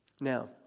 Now